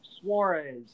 Suarez